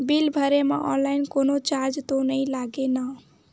Bill भरे मा online कोनो चार्ज तो नई लागे ना?